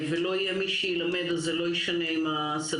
לא יהיה מי שילמד אז זה כבר לא ישנה אם השדות